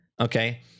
okay